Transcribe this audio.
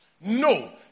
No